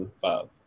five